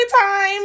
time